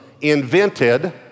invented